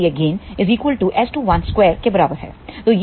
इसलिए गेन 2 के बराबर है